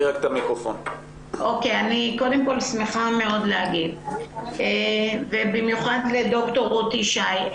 אני שמחה להגיב ובמיוחד לדוקטור רות ישי.